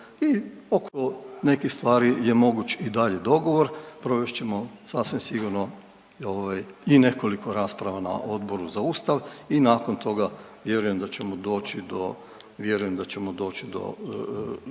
i oko nekih stvari je moguć i dalje dogovor, provest ćemo sasvim sigurno i nekoliko rasprava na Odboru za Ustav i nakon toga vjerujem da ćemo doći do